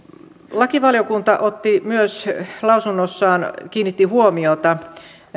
lakivaliokunta kiinnitti lausunnossaan huomiota myös